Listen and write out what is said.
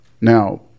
Now